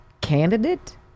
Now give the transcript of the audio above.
candidate